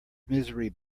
misery